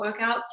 workouts